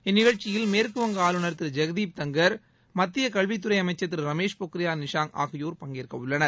இந்நிகழ்ச்சியில் மேற்குவங்க ஆளுநர் திரு ஜெக்தீப் தங்கர் மத்திய கல்வித்துறை அமைச்சர் திரு ரமேஷ் பொக்ரியால் நிஷாங் ஆகியோர் பங்கேற்கவுள்ளனர்